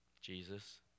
Jesus